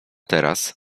teraz